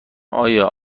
آیا